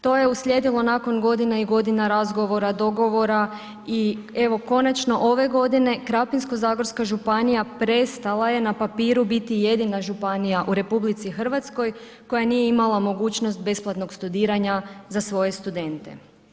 To je uslijedilo nakon godina i godina razgovora, dogovora i evo konačno ove godine Krapinsko-zagorska županija prestala je na papiru biti jedina županija u RH koja nije imala mogućnost besplatnog studiranja za svoje studente.